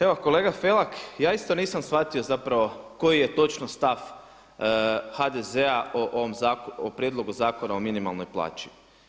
Evo kolega Felak, ja isto nisam shvatio zapravo koji je točno stav HDZ-a o ovom zakonu, o Prijedlogu zakona o minimalnoj plaći.